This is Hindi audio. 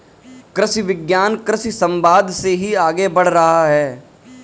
कृषि विज्ञान कृषि समवाद से ही आगे बढ़ रहा है